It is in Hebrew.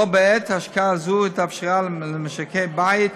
בו בעת השקעה זו התאפשרה למשקי בית,